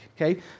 Okay